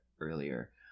earlier